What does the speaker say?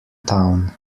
town